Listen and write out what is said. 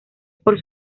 por